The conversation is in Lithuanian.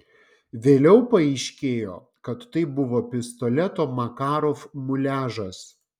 vėliau paaiškėjo kad tai buvo pistoleto makarov muliažas